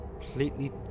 Completely